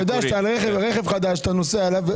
אתה יודע שעל רכב חדש אתה נוסע עליו,